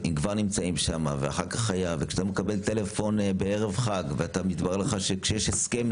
אתה מקבל טלפון בערב חג ומתברר לך שיש הסכם,